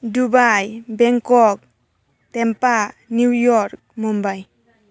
Dubai Bangkok Tampa New York Mumbai